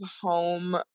home